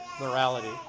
morality